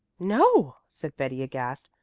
no, said betty aghast.